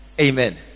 amen